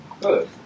good